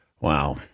Wow